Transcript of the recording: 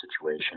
situation